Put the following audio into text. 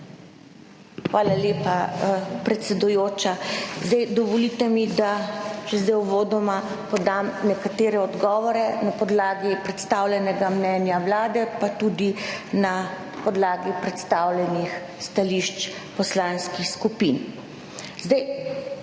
Hvala lepa, predsedujoča. Dovolite mi, da uvodoma podam nekatere odgovore na podlagi predstavljenega mnenja Vlade, pa tudi na podlagi predstavljenih stališč poslanskih skupin.